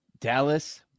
Dallas